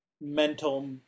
mental